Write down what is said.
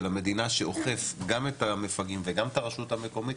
של המדינה שאוכף גם את המפגעים וגם את הרשות המקומית,